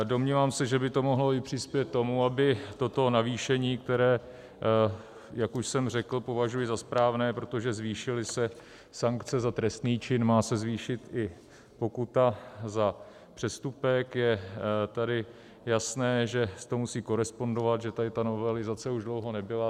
Domnívám se, že by to mohlo i přispět tomu, aby toto navýšení, které, jak už jsem řekl, považuji za správné, protože zvýšíli se sankce za trestný čin, má se zvýšit i pokuta za přestupek, je tedy jasné, že to musí korespondovat, že tady ta novelizace už dlouho nebyla.